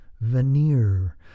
veneer